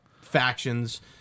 factions